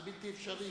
זה בלתי אפשרי.